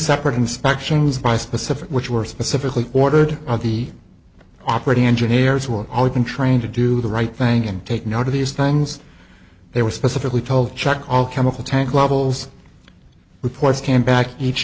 separate inspections by specific which were specifically ordered by the operating engineers will all have been trained to do the right thing and take note of these things they were specifically told check all chemical tank levels reports came back each